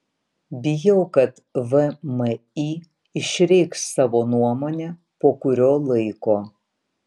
bijau kad vmi išreikš savo nuomonę po kurio laiko